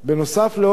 נוסף על כך,